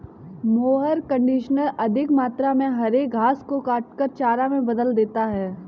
mower conditioner अधिक मात्रा में हरे घास को काटकर चारा में बदल देता है